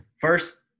First